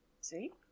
see